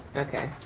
okay.